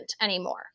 anymore